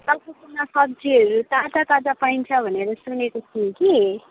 तपाईँकोमा सब्जीहरू ताजा ताजा पाइन्छ भनेर सुनेको थिएँ कि